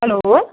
hello